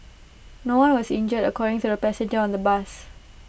no one was injured according to A passenger on the bus